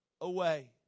away